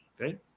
Okay